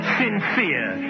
sincere